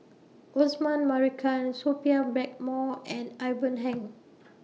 Osman Merican Sophia Blackmore and Ivan Heng